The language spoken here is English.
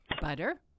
butter